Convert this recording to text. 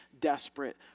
desperate